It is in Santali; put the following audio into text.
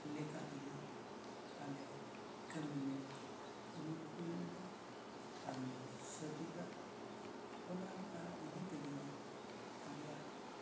ᱞᱮᱠᱟ ᱛᱮᱜᱮ ᱟᱞᱮ ᱠᱟᱹᱢᱤ ᱞᱮ ᱠᱩᱨᱩᱢᱩᱴᱩᱭᱮᱫᱟ ᱟᱨ ᱞᱮ ᱥᱟᱹᱛ ᱮᱫᱟ ᱚᱱᱟ ᱞᱮᱠᱟ ᱤᱫᱤ ᱛᱮᱜᱮ ᱟᱞᱮᱭᱟᱜ